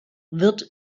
wird